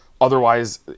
Otherwise